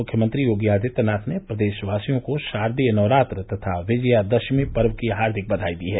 मुख्यमंत्री योगी आदित्यनाथ ने प्रदेशवासियों को शारदीय नवरात्र तथा विजयादश्नमी पर्व की हार्दिक बघाई दी है